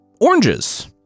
oranges